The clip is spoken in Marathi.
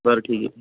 बरं ठीक आहे